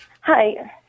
Hi